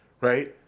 right